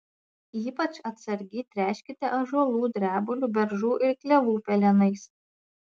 ypač atsargiai tręškite ąžuolų drebulių beržų ir klevų pelenais